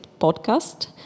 podcast